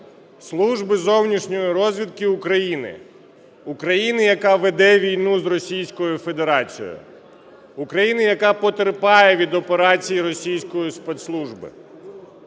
Служби зовнішньої розвідки України! України, яка веде війну з Російською Федерацією. України, яка потерпає від операції російської спецслужби.